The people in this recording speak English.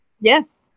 Yes